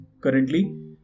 currently